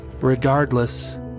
Regardless